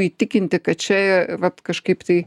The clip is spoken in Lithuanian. įtikinti kad čia vat kažkaip tai